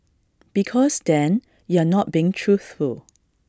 because then you're not being truthful